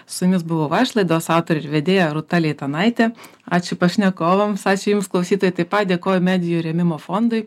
su jumis buvau aš laidos autorė ir vedėja rūta leitanaitė ačiū pašnekovams ačiū jums klausytojai taip pat dėkoju medijų rėmimo fondui